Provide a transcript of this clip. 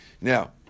Now